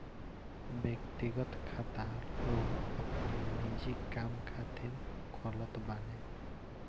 व्यक्तिगत खाता लोग अपनी निजी काम खातिर खोलत बाने